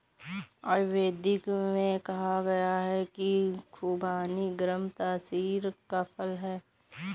आयुर्वेद में कहा गया है कि खुबानी गर्म तासीर का फल है